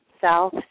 South